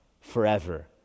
forever